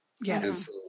Yes